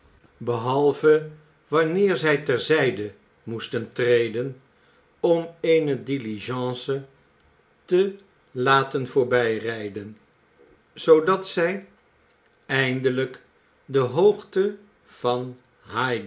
behalve wanneer zij ter zijde moesten treden om eene diligence te laten voorbijrijden totdat zij eindelijk de hoogte van